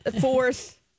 fourth